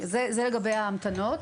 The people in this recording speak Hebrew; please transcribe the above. זה לגבי ההמתנות.